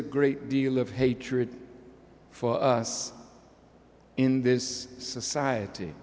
a great deal of hatred for us in this society